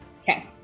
Okay